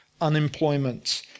unemployment